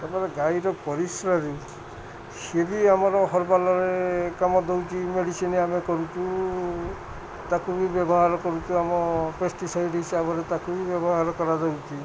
ତା'ପରେ ଗାଈର ପରିଶ୍ରା ଦେଉଛି ସିଏ ବି ଆମର ହର୍ବାଲରେ କାମ ଦେଉଛି ମେଡ଼ିସିନ ଆମେ କରୁଛୁ ତାକୁ ବି ବ୍ୟବହାର କରୁଛୁ ଆମ ପେଷ୍ଟିସାଇଡ଼ ହିସାବରେ ତାକୁ ବି ବ୍ୟବହାର କରାଯାଉଛି